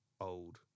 old